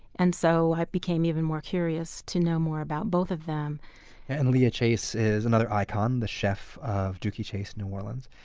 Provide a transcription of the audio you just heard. and so, i became even more curious to know more about both of them and leah chase is another icon, the chef of dooky chase in new orleans.